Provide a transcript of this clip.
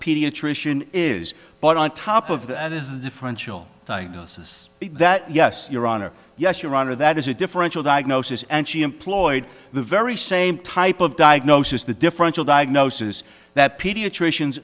pediatrician is but on top of that is the differential diagnosis that yes your honor yes your honor that is a differential diagnosis and she employed the very same type of diagnosis the differential diagnosis that pediatricians